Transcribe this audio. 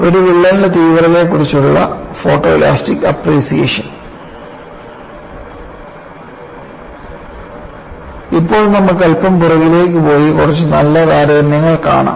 ഒരു വിള്ളലിന്റെ തീവ്രതയെക്കുറിച്ചുള്ള ഫോട്ടോലാസ്റ്റിക് അപ്രീസിയേഷൻ ഇപ്പോൾ നമുക്ക് അല്പം പുറകിലേക്ക് പോയി കുറച്ചു നല്ല താരതമ്യങ്ങൾ കാണാം